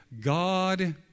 God